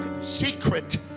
Secret